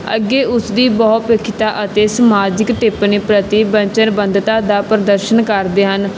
ਅੱਗੇ ਉਸਦੀ ਬਹੁਪੱਖਤਾ ਅਤੇ ਸਮਾਜਿਕ ਟਿੱਪਣੀ ਪ੍ਰਤੀ ਵਚਨਬੱਧਤਾ ਦਾ ਪ੍ਰਦਰਸ਼ਨ ਕਰਦੇ ਹਨ